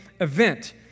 event